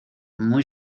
muy